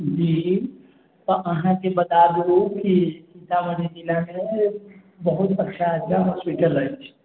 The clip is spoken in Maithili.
जी तऽ अहाँके बताबू की सीतामढ़ी जिला मे बहुत अच्छा अच्छा हॉस्पिटल अछि